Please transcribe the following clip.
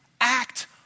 act